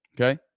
Okay